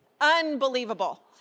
Unbelievable